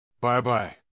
Bye-bye